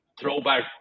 Throwback